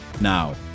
now